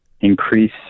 increase